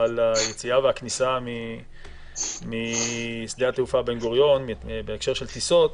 על היציאה והכניסה משדה התעופה בן גוריון בהקשר של טיסות,